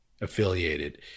affiliated